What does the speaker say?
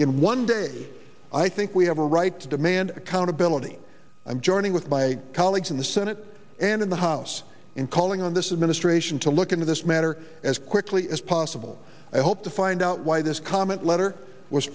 in one day i think we have a right to demand accountability i'm joining with my colleagues in the senate and in the house in calling on this of ministration to look into this matter as quickly as possible i hope to find out why this comment letter was